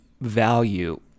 value